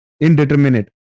indeterminate